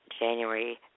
January